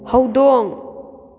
ꯍꯧꯗꯣꯡ